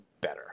better